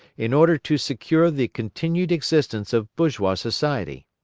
in order to secure the continued existence of bourgeois society.